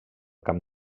camp